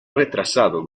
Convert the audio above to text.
retrasado